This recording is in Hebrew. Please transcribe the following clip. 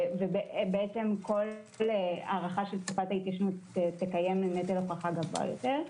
בעצם כל הארכה של תקופת ההתיישנות תקיים נטל הוכחה גבוה יותר.